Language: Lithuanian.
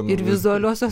ir vizualiosios